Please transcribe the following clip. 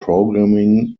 programming